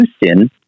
Houston